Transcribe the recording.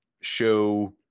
show